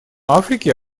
африки